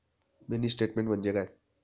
Mini statement म्हणजे काय?